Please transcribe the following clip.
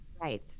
Right